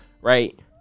right